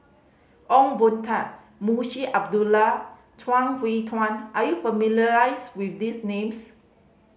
Ong Boon Tat Munshi Abdullah Chuang Hui Tsuan are you with these names